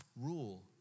rule